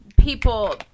people